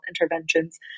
interventions